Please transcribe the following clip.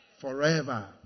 Forever